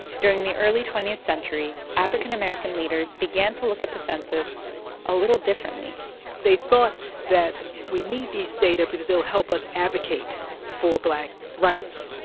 during the early twentieth century, african american leaders began to look at the census a little differently they thought that we need these data because it will help us advocate for black rights.